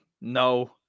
No